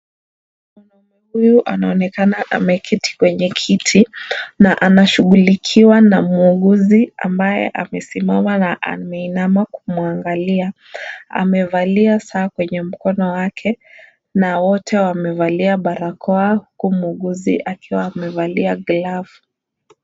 Mwanaume huyu anaonekana ameketi kwenye kiti, na anashughulikiwa na muuguzi ambaye amesimama na ameinama kumuangalia. Amevalia saa kwenye mkono wake, na wote wamevalia barakoa, huku muuguzi akiwa amevalia glavu.